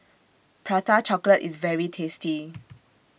Prata Chocolate IS very tasty